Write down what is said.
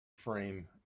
frame